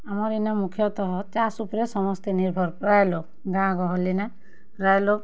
ଆମର୍ ଇନେ ମୁଖ୍ୟତଃ ଚାଷ୍ ଉପ୍ରେ ସମସ୍ତେ ନିର୍ଭର୍ ପ୍ରାୟ୍ ଲୋକ୍ ଗାଁ ଗହଲିନେ ପ୍ରାୟ ଲୋକ୍